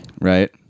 right